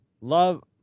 love